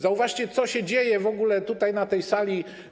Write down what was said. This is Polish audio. Zauważcie, co się dzieje w ogóle tutaj, na tej sali.